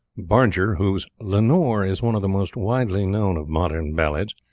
barger, whose lenore is one of the most widely known of modern ballads,